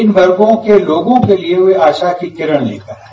इन वर्गो के लोगों के लिये वह आशा की किरण लेकर आये